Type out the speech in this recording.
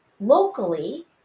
locally